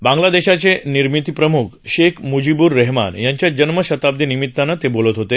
बांग्ला देशाचं निर्मिती प्रम्ख शेख म्जिबूर रेहमान यांच्या जन्म शताब्दी निमितानं ते बोलत होते